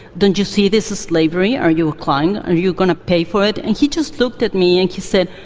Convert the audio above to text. don't you see this is slavery? are you a client? are you going to pay for it? and he just looked at me and he said,